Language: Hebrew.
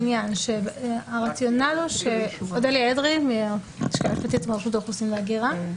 וינהלו את התקשורת הדיגיטלית מול אותה רשות,